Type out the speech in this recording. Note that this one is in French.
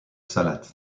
salat